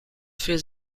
für